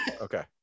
Okay